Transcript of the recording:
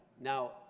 Now